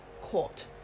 court